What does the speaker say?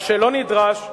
מה שלא נדרש,